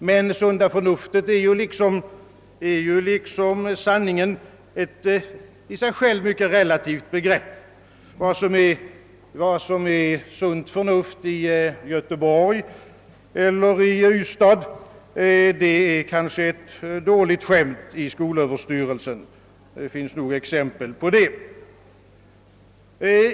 Men sunda förnuftet är, liksom sanningen, i sig självt ett mycket relativt begrepp; vad som är sunt förnuft i Göteborg eller i Ystad, är kanske ett dåligt skämt i skolöverstyrelsen — det finns nog exempel på det!